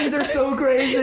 they're so great.